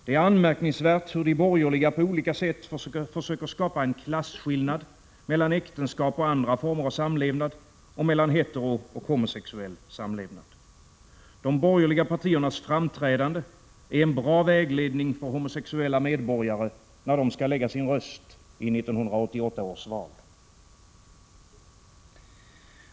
Det är anmärkningsvärt hur de borgerliga på olika sätt försöker skapa en klasskillnad mellan äktenskap och andra former av samlevnad, däribland mellan heterooch homosexuell samlevnad. De borgerliga partiernas framträdande är en bra vägledning för homosexuella medborgare när de skall lägga sin röst i 1988 års val.